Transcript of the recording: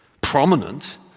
prominent